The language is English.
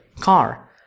car